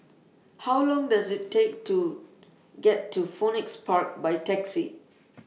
How Long Does IT Take to get to Phoenix Park By Taxi